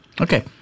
okay